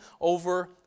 over